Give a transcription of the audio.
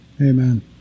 Amen